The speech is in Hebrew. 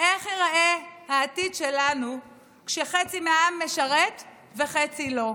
איך ייראה העתיד שלנו, כשחצי מהעם משרת וחצי לא?